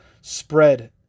Spread